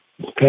Okay